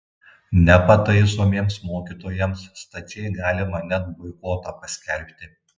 nepataisomiems mokytojams stačiai galima net boikotą paskelbti